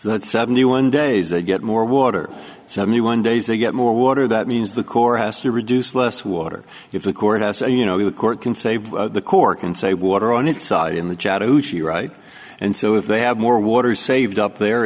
that seventy one days they get more water seventy one days they get more water that means the corps has to reduce less water if the court has a you know the court can save the court can say water on its side in the chattahoochee right and so if they have more water saved up there